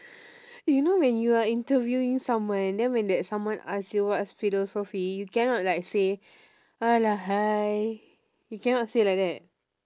you know when you are interviewing someone then when that someone ask you what's philosophy you cannot like say !alah! !hais! you cannot say like that